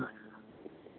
नमस्ते साहब